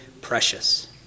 precious